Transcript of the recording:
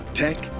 tech